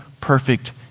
perfect